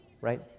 right